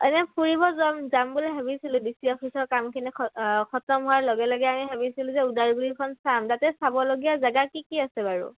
এনেই ফুৰিব যাম যাম বুলি ভাবিছিলোঁ ডি চি অফিচৰ কামখিনি খতম হোৱাৰ লগে লগে আমি ভাবিছিলোঁ যে ওদালগুৰিখন চাম তাতে চাবলগীয়া জেগা কি কি আছে বাৰু